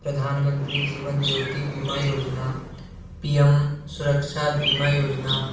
प्रधानमंत्री जीवन ज्योति बीमा योजना पी एम सुरक्षा बीमा योजना